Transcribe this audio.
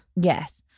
Yes